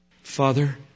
Father